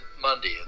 Monday